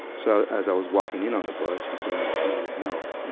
so, as i was walking in on the bus, he gave me the key with his mouth. and